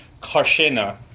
Karshena